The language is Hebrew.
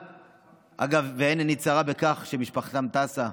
אגב, ואין עיני צרה בכך שהמשפחה טסה.